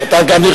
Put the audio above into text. גם אתה נרשמת?